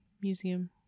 Museum